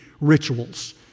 rituals